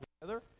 together